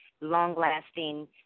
long-lasting